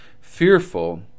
fearful